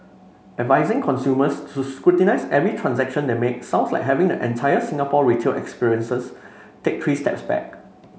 advising consumers to scrutinise every transaction they make sounds like having the entire Singapore retail experiences take three steps back